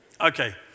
Okay